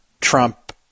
Trump